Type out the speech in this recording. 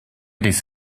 des